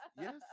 yes